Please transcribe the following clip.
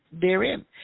Therein